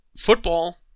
Football